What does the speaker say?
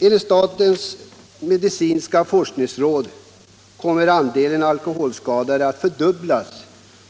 Enligt statens medicinska forskningsråd kommer andelen alkoholskadade att fördubblas